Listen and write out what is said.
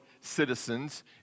citizens